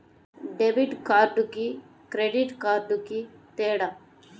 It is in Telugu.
డెబిట్ కార్డుకి క్రెడిట్ కార్డుకి తేడా?